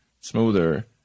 smoother